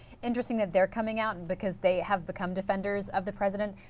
interesting that they are coming out because they have become defenders of the present,